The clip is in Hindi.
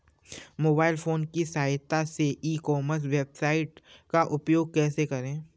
मोबाइल फोन की सहायता से ई कॉमर्स वेबसाइट का उपयोग कैसे करें?